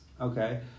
Okay